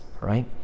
right